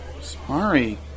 Sorry